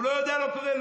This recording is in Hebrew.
ולא יודע מה קורה,